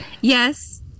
yes